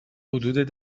حدود